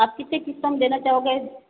आप कितनी किस्तों में देना चाहोगे